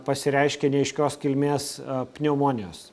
pasireiškė neaiškios kilmės pneumonijos